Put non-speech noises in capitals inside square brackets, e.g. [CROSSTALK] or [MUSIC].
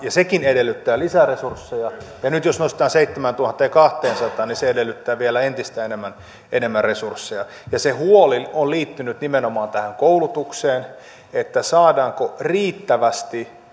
[UNINTELLIGIBLE] ja sekin edellyttää lisäresursseja ja nyt jos nostetaan seitsemääntuhanteenkahteensataan niin se edellyttää vielä entistä enemmän enemmän resursseja se huoli on liittynyt nimenomaan tähän koulutukseen saadaanko riittävästi